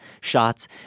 shots